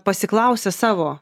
pasiklausė savo